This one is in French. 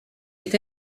est